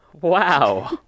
Wow